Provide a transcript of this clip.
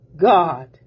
God